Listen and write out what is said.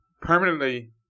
permanently